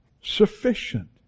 sufficient